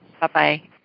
Bye-bye